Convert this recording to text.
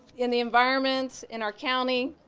in the environment, in our county,